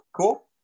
cool